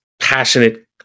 passionate